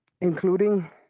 including